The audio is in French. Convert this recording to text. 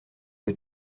que